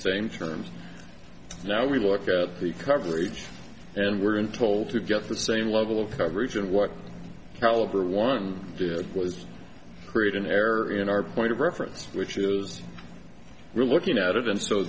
same terms now we look at the coverage and we're going told to get the same level of coverage and what caliber one there was create an error in our point of reference which is really looking at it and so